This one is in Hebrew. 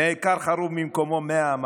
נעקר חרוב ממקומו מאה אמה,